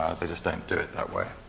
they just don't do it that way.